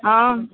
હં